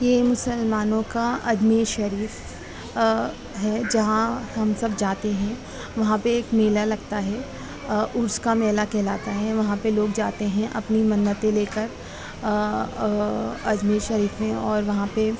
یہ مسلمانوں کا اجمیر شریف ہے جہاں ہم سب جاتے ہیں وہاں پہ ایک میلہ لگتا ہے عرس کا میلہ کہلاتا ہے وہاں پہ لوگ جاتے ہیں اپنی منتیں لے کر اجمیر شریف میں اور وہاں پہ